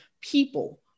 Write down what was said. people